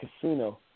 Casino